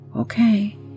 okay